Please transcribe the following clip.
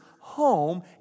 home